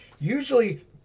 Usually